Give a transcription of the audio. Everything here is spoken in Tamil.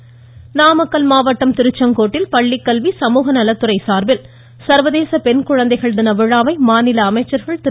தங்கமணி நாமக்கல் மாவட்டம் திருச்செங்கோட்டில் பள்ளிக்கல்வி சமூக நலத்துறை சார்பில் சா்வதேச பெண் குழந்தைகள் தின விழாவை மாநில அமைச்சா்கள் திரு